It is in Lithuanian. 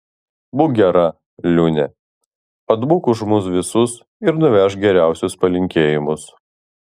būk gera liūne atbūk už mus visus ir nuvežk geriausius palinkėjimus